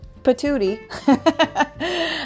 patootie